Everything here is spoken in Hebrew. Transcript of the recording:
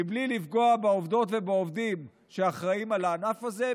מבלי לפגוע בעובדות ובעובדים שאחראים לענף הזה,